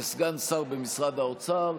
לסגן שר במשרד האוצר.